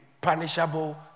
punishable